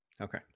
Okay